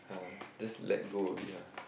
!huh! just let go of it ah